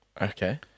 Okay